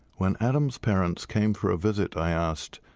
when adam's parents came for a visit i asked,